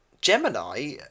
Gemini